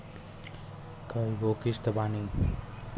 कय गो किस्त बानी?